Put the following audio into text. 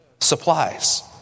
Supplies